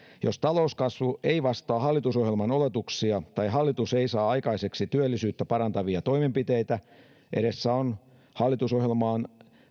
jos talouskasvu ei vastaa hallitusohjelman oletuksia tai hallitus ei saa aikaiseksi työllisyyttä parantavia toimenpiteitä edessä on hallitusohjelmaan